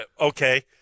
Okay